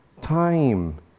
time